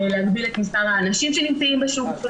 להגביל את מספר האנשים שנמצאים בשוק,